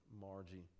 Margie